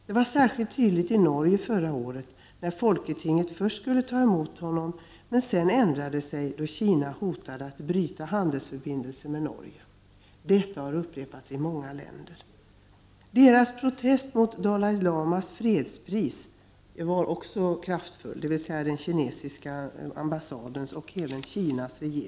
Det var särskilt tydligt i Norge förra året, när folketinget först skulle ta emot honom men sedan ändrade sig då Kina hotade att bryta handelsförbindelser med Norge. Detta har upprepats i många länder. Kinesiska ambassadens och även Kinas regerings protest mot Dalai Lamas fredspris var också kraftfull.